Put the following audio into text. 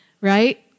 right